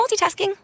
multitasking